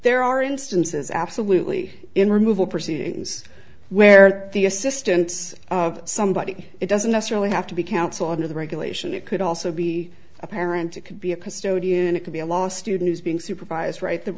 there are instances absolutely in removal proceedings where the assistance of somebody it doesn't necessarily have to be counsel into the regulation it could also be a parent it could be a custodian it could be a law student who's being supervised right the